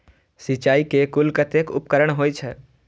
सिंचाई के कुल कतेक उपकरण होई छै?